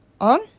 On